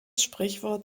sprichwort